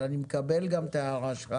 אבל אני מקבל גם את ההערה שלך